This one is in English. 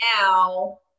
now